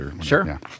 Sure